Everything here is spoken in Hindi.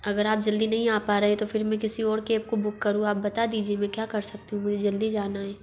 अगर आप जल्दी नहीं आ पा रहे तो फिर मैं किसी और कैब को बुक करूँ आप बता दीजिए मैं क्या कर सकती हूँ मुझे जल्दी जाना है